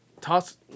Toss